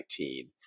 2019